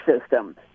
system